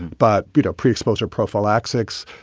but butoh pre-exposure prophylaxis.